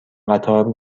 قطار